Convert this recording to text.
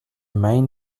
main